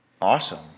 Awesome